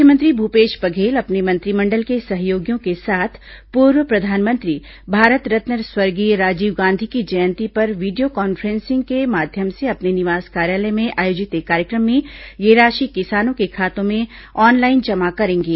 मुख्यमंत्री भूपेश बधेल अपने मंत्रिमंडल के सहयोगियों के साथ पूर्व प्रधानमंत्री भारतरत्न स्वर्गीय राजीव गांधी की जयंती पर वीडियो कॉन्फ्रेंसिंग के माध्यम से अपने निवास कार्यालय में आयोजित एक कार्यक्रम में यह राशि किसानों के खातों में ऑनलाइन जमा करेंगे